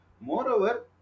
moreover